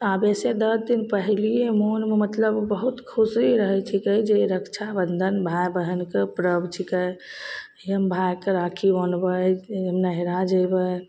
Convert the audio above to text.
आबैसे दस दिन पहिलैए मोनमे मतलब बहुत खुशी रहै छिकै जे रक्षाबन्धन भाइ बहिनके परब छिकै कि हम भाइके राखी बान्हबै नैहरा जेबै